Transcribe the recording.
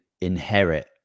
inherit